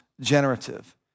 generative